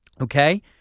okay